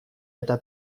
eta